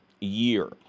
year